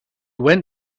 went